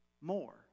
more